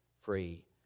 free